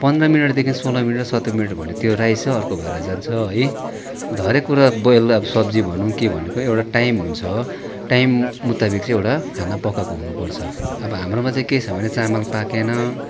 पन्ध्र मिनटदेखि सोह्र मिनट सत्र मिनट भयो भने त्यो राइसै अर्को भएर जान्छ है अन्त हरेक कुरा बोइल सब्जी भनौँ के भनेको एउटा टाइम हुन्छ टाइम मुताबिक चाहिँ एउटा खाना पकाएको हुनुपर्छ अब हाम्रोमा चाहिँ के छ भने चामल पाकेन